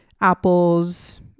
apples